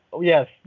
yes